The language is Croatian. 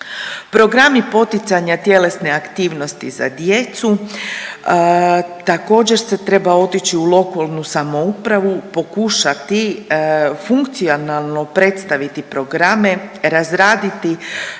Programi poticanja tjelesne aktivnosti za djecu, također se treba otići u lokalnu samoupravu pokušati funkcionalno predstaviti programe, razraditi